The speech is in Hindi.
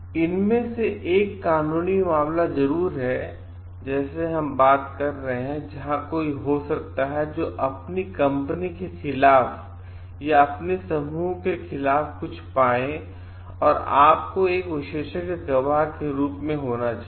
इसमें से एक कानूनी मामला जरूर है जैसे हम बात कर रहे हैंजहां कोई हो सकता है जो अपनी कंपनी के खिलाफ या अपने समूह के खिलाफ कुछ पाएं और आपको एक विशेषज्ञ गवाह के रूप में होना चाहिए